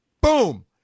Boom